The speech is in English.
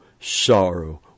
sorrow